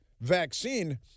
vaccine